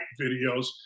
videos